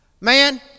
man